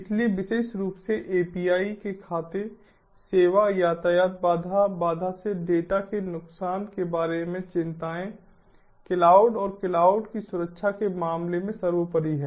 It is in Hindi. इसलिए विशेष रूप से एपीआई के खाते सेवा यातायात बाधा बाधा से डेटा के नुकसान के बारे में चिंताएं क्लाउड और क्लाउड की सुरक्षा के मामले में सर्वोपरि हैं